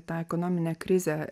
tą ekonominę krizę